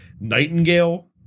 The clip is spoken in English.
Nightingale